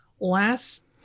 last